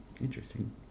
Interesting